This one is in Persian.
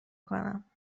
کنم